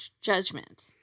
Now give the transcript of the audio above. judgment